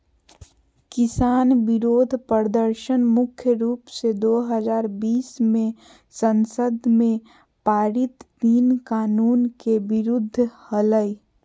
किसान विरोध प्रदर्शन मुख्य रूप से दो हजार बीस मे संसद में पारित तीन कानून के विरुद्ध हलई